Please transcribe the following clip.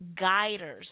guiders